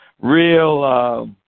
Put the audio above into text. real